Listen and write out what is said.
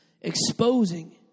Exposing